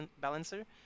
balancer